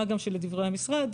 מה גם שלדברי המשרד,